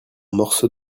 morceau